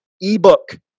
eBook